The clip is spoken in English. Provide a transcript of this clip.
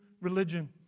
religion